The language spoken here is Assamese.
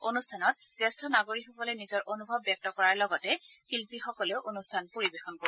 অনুষ্ঠানত জ্যেষ্ঠ নাগৰিকসকলে নিজৰ অনুভৱ ব্যক্ত কৰাৰ লগতে কৌতুক শিল্পীসকলেও অনুষ্ঠান পৰিৱেশন কৰিব